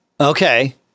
Okay